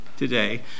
today